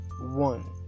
one